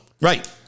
Right